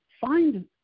Find